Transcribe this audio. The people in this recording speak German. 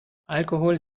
alkohol